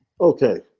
Okay